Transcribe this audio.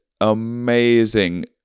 amazing